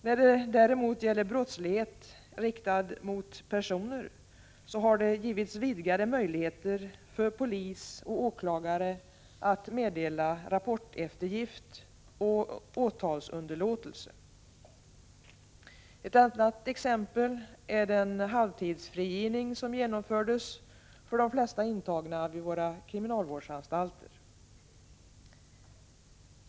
När det däremot gäller brottslighet riktad mot personer har det givits vidgade möjligheter för polis och åklagare att meddela rapporteftergift och åtalsunderlåtelse. Ett annat exempel är den halvtidsfrigivning som genomförts för de flesta intagna vid våra kriminalvårdsanstalter.